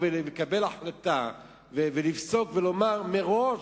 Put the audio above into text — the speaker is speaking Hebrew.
ולקבל החלטה ולפסוק ולומר מראש: